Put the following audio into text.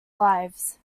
lives